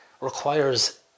requires